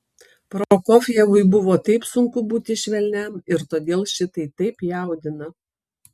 prokofjevui buvo taip sunku būti švelniam ir todėl šitai taip jaudina